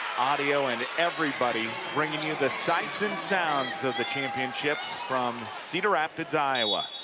audio and everybody bringing you the sights and sounds of the championship from cedar rapids, iowa.